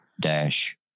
dash